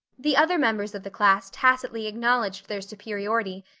the other members of the class tacitly acknowledged their superiority,